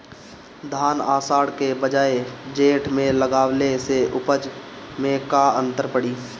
धान आषाढ़ के बजाय जेठ में लगावले से उपज में का अन्तर पड़ी?